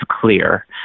clear